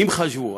אם חשבו,